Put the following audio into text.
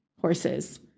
horses